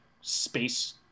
space